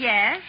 Yes